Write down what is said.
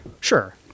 Sure